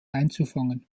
einzufangen